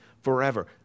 forever